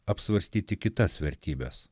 apsvarstyti kitas vertybes